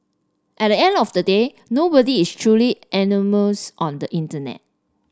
at the end of the day nobody is truly anonymous on the internet